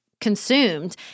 consumed